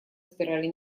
спирали